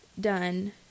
done